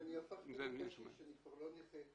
כשאני הפכתי לקשיש אני כבר לא נכה.